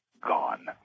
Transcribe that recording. Gone